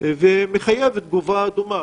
וזה מחייב תגובה דומה.